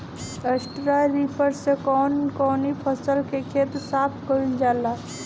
Straw reaper से कवन कवनी फसल के खेत साफ कयील जाला?